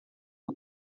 que